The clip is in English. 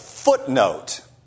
footnote